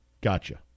Gotcha